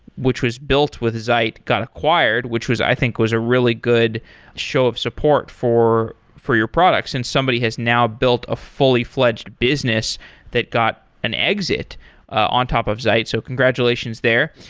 which was built with zeit got acquired, which i think was a really good show of support for for your products and somebody has now built a fully-fledged business that got an exit on top of zeit. so congratulations there.